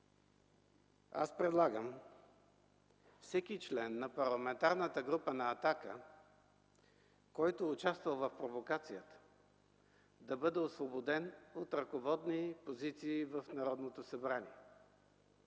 Аз предлагам всеки член на Парламентарната група на „Атака”, който е участвал в провокацията, да бъде освободен от ръководни позиции в Народното събрание.